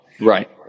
right